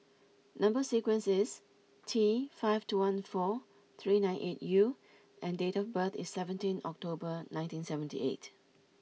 number sequence is T five two one four three nine eight U and date of birth is seventeen October nineteen seventy eight